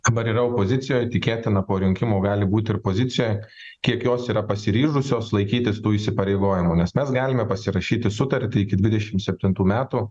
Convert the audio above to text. dabar yra opozicijoje tikėtina po rinkimų gali būti ir pozicijoje kiek jos yra pasiryžusios laikytis tų įsipareigojimų nes mes galime pasirašyti sutartį iki dvidešimt septintų metų